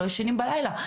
לא ישנים בלילה.